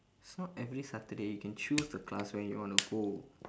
it's not every saturday you can choose the class when you want to go